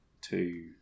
Two